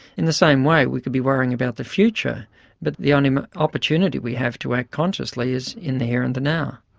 in the same way we could be worrying about the future but the only opportunity we have to act consciously is in the here and the now.